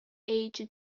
aged